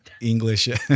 English